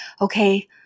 okay